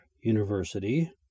University